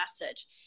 message